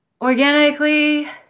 organically